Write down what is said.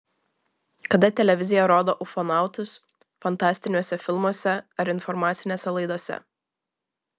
kada televizija rodo ufonautus fantastiniuose filmuose ar informacinėse laidose